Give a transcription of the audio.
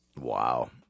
Wow